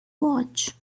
watch